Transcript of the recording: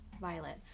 Violet